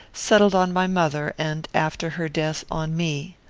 settled on my mother, and, after her death, on me.